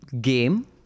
Game